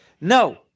No